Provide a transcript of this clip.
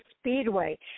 Speedway